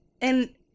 and-